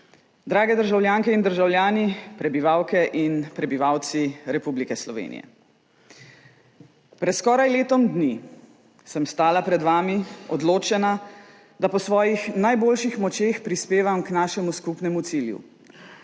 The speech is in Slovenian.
drage državljanke in državljani, prebivalke in prebivalci Republike Slovenije! Pred skoraj letom dni sem stala pred vami odločena, da po svojih najboljših močeh prispevam k našemu skupnemu cilju